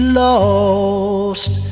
lost